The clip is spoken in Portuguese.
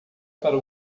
para